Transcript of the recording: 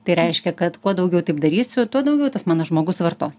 tai reiškia kad kuo daugiau taip darysiu tuo daugiau tas mano žmogus vartos